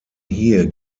hier